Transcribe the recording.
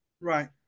Right